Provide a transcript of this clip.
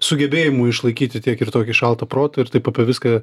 sugebėjimu išlaikyti tiek ir tokį šaltą protą ir taip apie viską